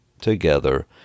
together